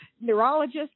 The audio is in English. neurologist